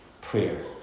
prayer